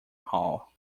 hall